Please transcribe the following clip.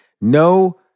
No